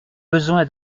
besoin